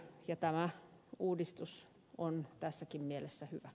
tämä uudistus on tässäkin mielessä hyvä